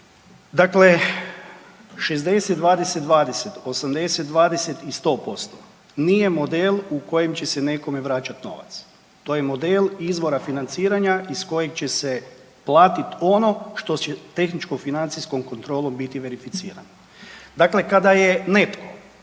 Dakle, 60 – 20 – 20, 80 – 20 i 100% nije model u kojem će se nekome vraćati novac. To je model izvora financiranja iz kojeg će se platit ono što će tehničko-financijskom kontrolom biti verificirano. Dakle, kada je netko